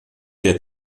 der